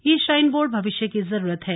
यह shrine board भविष्य की जरूरत है